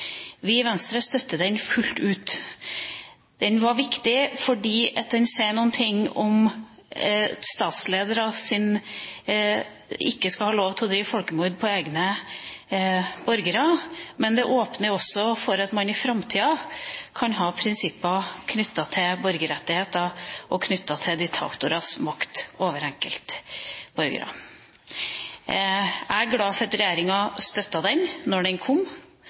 Vi i Venstre støtter den fullt ut. Den var viktig fordi den sier noe om at statsledere ikke skal ha lov til å begå folkemord på egne borgere, men den åpner også for at man i framtida kan ha prinsipper knyttet til borgerrettigheter og til diktatorers makt over enkeltborgere. Jeg er glad for at regjeringa støttet den da den kom.